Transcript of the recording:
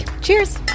Cheers